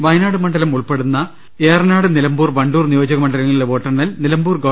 വയനാട് മണ്ഡലം ഉൾപ്പെടുന്ന ഏറനാട് നിലമ്പൂർ വണ്ടൂർ നിയോജകമണ്ഡലങ്ങളിലെ വോട്ടെണ്ണൽ നിലമ്പൂർ ഗവ